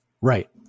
right